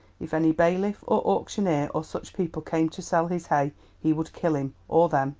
if any bailiff, or auctioneer, or such people came to sell his hay he would kill him, or them.